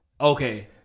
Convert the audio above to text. Okay